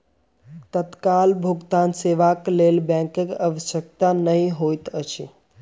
तत्काल भुगतान सेवाक लेल बैंकक आवश्यकता नै होइत अछि